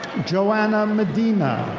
joanna medina.